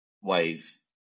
ways